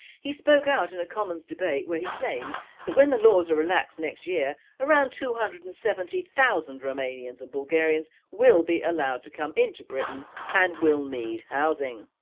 he spoke out in a commons debate where he claimed that when the laws are relaxed next year around two hundred and seventy thousand romanian's and bulgarian's will be allowed to come into britain and will need housing.